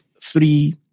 three